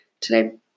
today